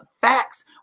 facts